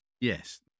Yes